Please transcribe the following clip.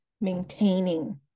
maintaining